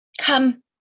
Come